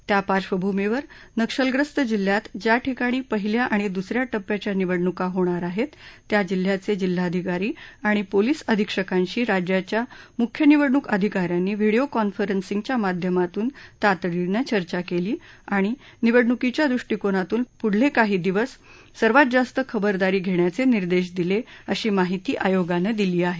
त्या पार्डभूमीवर नक्षलग्रस्त जिल्ह्यात ज्या ठिकाणी पहिल्या आणि दुसऱ्या टप्प्याच्या निवडणुका होणार आहेत त्या जिल्ह्याचे जिल्हाधिकारी आणि पोलीस अधीक्षकांशी राज्याच्या मुख्य निवडणूक अधिकाऱ्यांनी व्हिडिओ कॉन्फरन्सिंगच्या माध्यमातून तातडीनं चर्चा केली आणि निवडणुकीच्या दृष्टीकोनातून पुढले काही दिवस सर्वात जास्त खबरदारी घेण्याचे निदेश दिले अशी माहिती आयोगानं दिली आहे